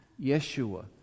Yeshua